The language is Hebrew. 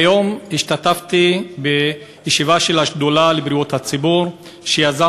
היום השתתפתי בישיבה של השדולה לבריאות הציבור שיזמו